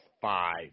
five